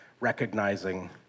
recognizing